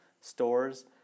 stores